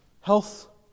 health